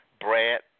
Brad